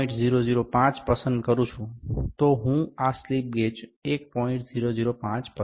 005 પસંદ કરું છું તો હું આ સ્લિપ ગેજ 1